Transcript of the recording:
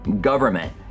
government